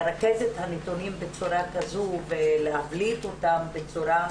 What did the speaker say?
לרכז את הנתונים בצורה כזו ולהבליט אותם בצורה